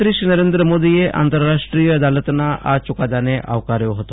પ્રધાનમંત્રીશ્રી નરેન્દ્ર મોદીએ આંતરાષ્ટ્રીય અદાલતના આ ચુકાદાને આવકાર્યો ફતો